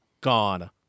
gone